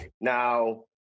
Now